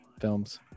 films